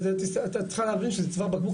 אבל את צריכה להבין שזה צוואר בקבוק